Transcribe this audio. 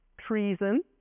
treason